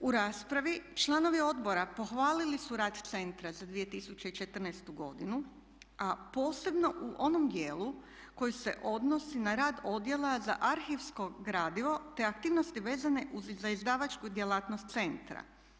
U raspravi članovi odbora pohvalili su rad centra za 2014. godinu a posebno u onom dijelu koji se odnosi na rad odjela za arhivsko gradivo te aktivnosti vezane uz izdavačku djelatnost centra.